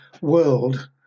world